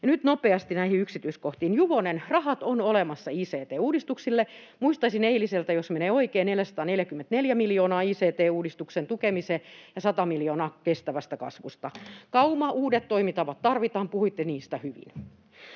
nyt nopeasti näihin yksityiskohtiin. Juvonen, rahat on olemassa ict-uudistuksille. Muistaisin eiliseltä, jos menee oikein, 444 miljoonaa ict-uudistuksen tukemiseen ja 100 miljoonaa kestävästä kasvusta. Kauma, uudet toimintatavat tarvitaan. Puhuitte niistä hyvin.